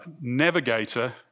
navigator